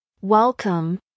Welcome